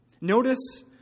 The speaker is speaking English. Notice